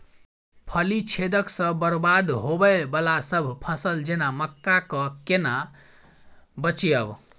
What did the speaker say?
फली छेदक सँ बरबाद होबय वलासभ फसल जेना मक्का कऽ केना बचयब?